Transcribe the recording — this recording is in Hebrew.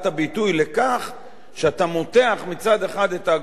שאתה מותח מצד אחד את ההגבלות עד לצורה כזאת